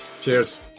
cheers